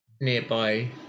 nearby